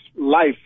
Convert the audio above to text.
life